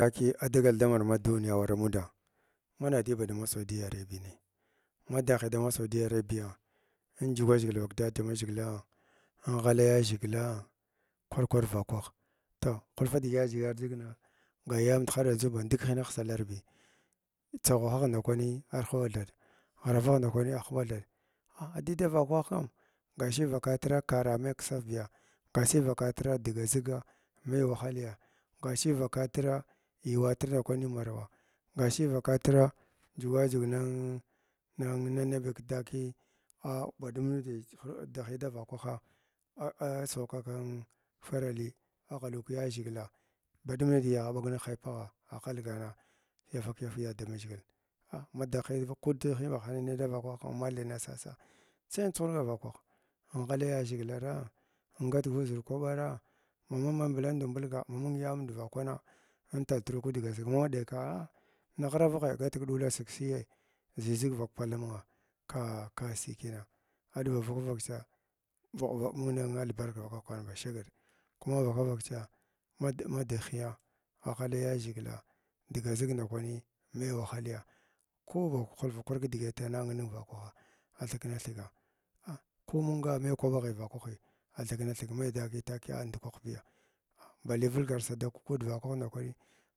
Takiya adagal damur maduniya awaran mmda mana dai ba dama sandiya yarabb man danhi dama saudiyna yarabbiya andʒugara ʒnalgila vak dada haʒhigilah an ghala yaʒhigila kwar kwar vakwah toh hulfu digi adʒigar adʒigng ga yand haryandʒu mba dunk hineha salarbi tsaghwahan da kwani arhuɓa bathad ghirav ndakwani aghba huɓa thaɗ a adi davakwah kam gashi vakatra karaa mai kisavbiya gashi dga ziga mai wahalya gashi vakatra yu umtra maram gashi vakatra dʒugwa dʒugw nin nin annabi takiya ah badum nuɗii dahi davakwaha asugwa kwa kwa ko faralii aghalu kiyaʒhigila badum nidisi asha ɓaga ninga ki hyepagha aghalgana yafyek yafug damaʒhgila a ma ku dighii baghanin davakwah mathi ningh sasi sai induhurganar ba vakarah andʒugita yazhgilarn an galgi zir kwabarn mamaun vukmdum vulga hannag yamdvakwana an tagutra kidgh ziga ma ɗeka a na ghravagha gatig dila asig asiyya ʒiʒig vakpall amunga ka ka sii kina a ɗuwan kivaka vaka tsa uh mung balbark vaka vaka kwan ba shagr kama vafa vaktsa ma madighiya aghala taʒhiglaa diga zig ndakwani mai wahaliya ko ban hwfa kara kidigit mnang ning vakwaha athikna thiga a ko nunga main kunbaghi vakarhi a thikna mai thing tzkiya a ndukwahbi bali vulgar sadak kmdah vakanah ba ndukkaa.